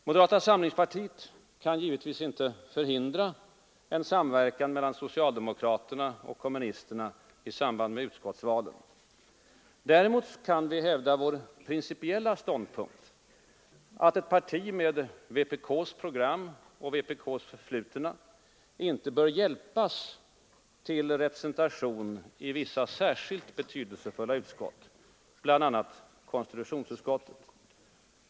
Moderata samlingspartiet kan givetvis inte förhindra en samverkan mellan socialdemokraterna och kommunisterna i samband med utskottsvalen. Däremot kan vi hävda vår principiella ståndpunkt, att ett parti med vpk:s program och vpk:s förflutna inte bör hjälpas till representation i vissa särskilt betydelsefulla utskott, bl.a. konstitutionsutskottet.